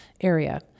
area